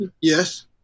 Yes